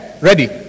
ready